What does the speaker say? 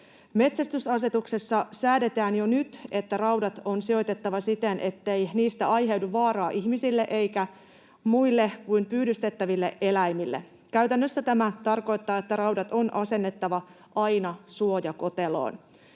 Metsästysasetuksessa säädetään jo nyt, että raudat on sijoitettava siten, ettei niistä aiheudu vaaraa ihmisille eikä muille kuin pyydystettäville eläimille. Käytännössä tämä tarkoittaa, että raudat on asennettava aina suojakoteloon.